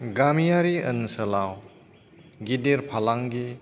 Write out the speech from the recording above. गामियारि ओनसोलाव गिदिर फालांगि